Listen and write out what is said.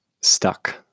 stuck